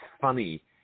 funny